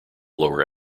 lower